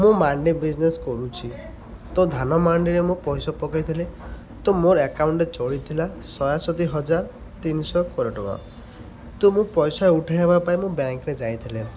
ମୁଁ ମାଣ୍ଡି ବିଜନେସ୍ କରୁଛି ତ ଧାନ ମାଣ୍ଡିରେ ମୁଁ ପଇସା ପକେଇଥିଲି ତ ମୋର୍ ଆକାଉଣ୍ଟ୍ରେ ଚଢ଼ିଥିଲା ସତାଅଶୀ ହଜାର ତିନିଶହ କୋଡ଼ିଏ ଟଙ୍କା ତ ମୁଁ ପଇସା ଉଠେଇବା ପାଇଁ ମୁଁ ବ୍ୟାଙ୍କ୍ରେ ଯାଇଥିଲେ